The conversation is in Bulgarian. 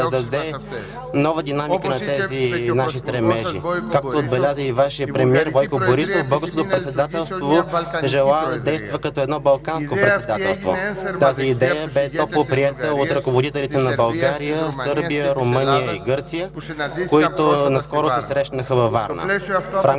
момент, така че да даде нова динамика на тези наши стремежи. Както отбеляза и Вашият премиер Бойко Борисов: българското председателство желае да действа като едно балканско председателство. Тази идея бе топло приета от ръководителите на България, Сърбия, Румъния и Гърция, които наскоро се срещнаха във Варна.